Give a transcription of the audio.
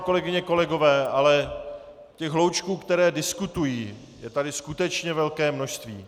Kolegyně, kolegové, ale těch hloučků, které diskutují, je tady skutečně velké množství.